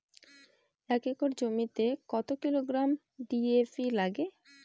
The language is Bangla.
এক একর জমিতে কত কিলোগ্রাম ডি.এ.পি লাগে?